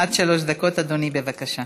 עד שלוש דקות, אדוני, בבקשה.